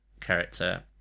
character